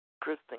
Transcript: Kristen